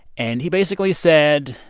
and he basically said,